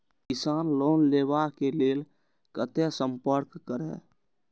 किसान लोन लेवा के लेल कते संपर्क करें?